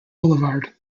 boulevard